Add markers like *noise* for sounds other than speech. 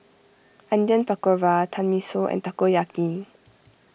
*unintelligible* Pakora Tenmusu and Takoyaki